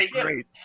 great